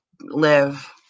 live